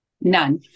None